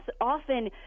often